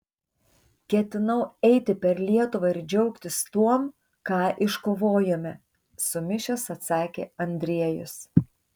ketinau eiti per lietuvą ir džiaugtis tuom ką iškovojome sumišęs atsakė andriejus